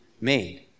made